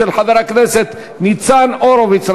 של חבר הכנסת ניצן הורוביץ.